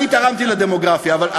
אני תרמתי לדמוגרפיה אבל,